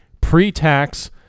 pre-tax